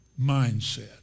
mindset